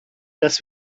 das